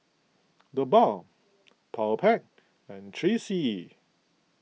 the Balm Powerpac and three C E